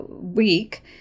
week